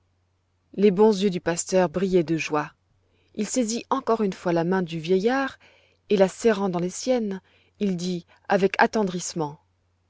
les bons yeux du pasteur brillaient de joie il saisit encore une fois la main du vieillard et la serrant dans les siennes il dit avec attendrissement